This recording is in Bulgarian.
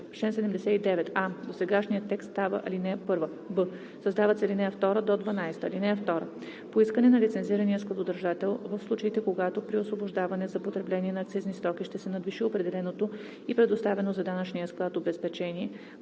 79: а) досегашният текст става ал. 1; б) създават се ал. 2 – 12: „(2) По искане на лицензирания складодържател в случаите, когато при освобождаване за потребление на акцизни стоки ще се надвиши определеното и предоставено за данъчния склад обезпечение,